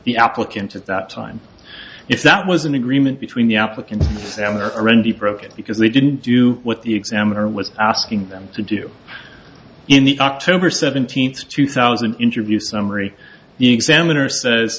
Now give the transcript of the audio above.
the applicant at that time if that was an agreement between the applicant and there are n t broken because they didn't do what the examiner was asking them to do in the october seventeenth two thousand interview summary the examiner says